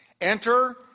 Enter